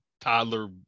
toddler